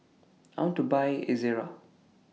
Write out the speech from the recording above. I want to Buy Ezerra